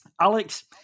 Alex